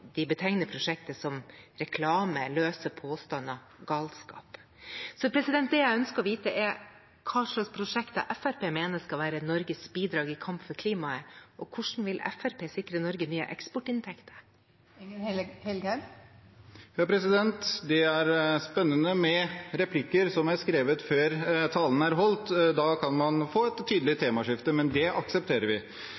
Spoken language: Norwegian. prosjektet som reklame, løse påstander og galskap. Det jeg ønsker å vite, er hva slags prosjekter Fremskrittspartiet mener skal være Norges bidrag i kamp for klimaet. Og hvordan vil Fremskrittspartiet sikre Norge nye eksportinntekter? Det er spennende med replikker som er skrevet før talen er holdt, for da kan man få et tydelig